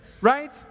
right